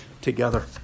together